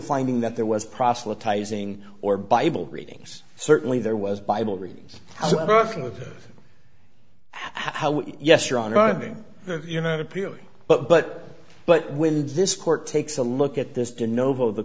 finding that there was proselytizing or bible readings certainly there was bible readings so how yes you're on rhyming you're not appealing but but but when does this court takes a look at this t